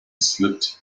slipped